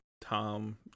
Tom